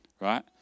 right